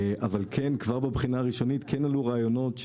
אבל כבר בבחינה הראשונית כן עלו רעיונות,